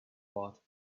bought